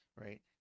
right